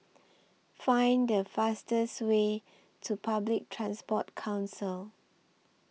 Find The fastest Way to Public Transport Council